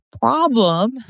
problem